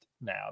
now